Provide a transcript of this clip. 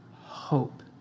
hope